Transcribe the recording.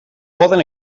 poden